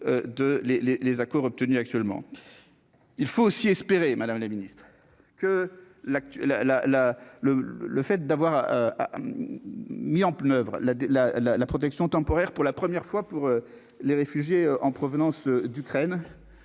il faut aussi espérer, Madame la Ministre, que la la la la, le, le fait d'avoir mis en pneus la la la la protection temporaire pour la première fois pour les réfugiés en provenance d'Ukraine